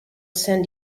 san